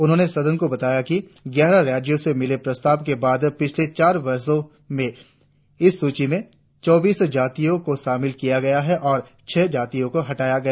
उन्होंने सदन को बताया कि ग्यारह राज्यों से मिले प्रस्ताव के बाद पिछले चार वर्षों में इस सूची में चौबीस जातियों को शामिल किया गया और छह जातियों को हटाया गया